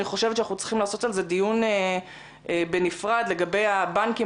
אני חושבת שאנחנו צריכים לעשות על זה דיון בנפרד לגבי הבנקים.